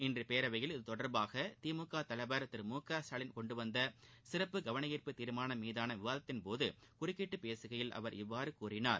இன்று பேரவையில் இதுதொடர்பாக திமுக தலைவர் திரு மு க ஸ்டாலின் கொண்டுவந்த சிறப்பு கவன ஈர்ப்பு தீர்மானம் மீதான விவாதத்தின் போது குறுக்கிட்டு பேசுகையில் அவர் இவ்வாறு கூறினார்